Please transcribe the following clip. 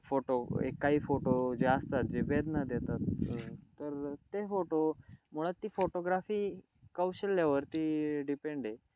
photo एक काही photo जे असतात जे वेदना देतात तर ते फोटो मुळात ती फोटोग्राफी कौशल्यावरती डिपेंड आहे